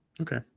okay